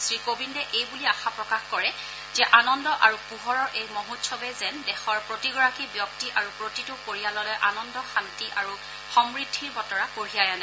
শ্ৰীকোবিন্দে এইবুলি আশা প্ৰকাশ কৰে যে আনন্দ আৰু পোহৰৰ এই মহোৎসৱে যেন দেশৰ প্ৰতিগৰাকী ব্যক্তি আৰু প্ৰতিটো পৰিয়াললৈ আনন্দ শান্তি আৰু সমৃদ্ধিৰ বতৰা কঢ়িয়াই আনে